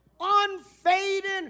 unfading